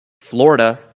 Florida